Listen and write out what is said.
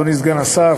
אדוני סגן השר,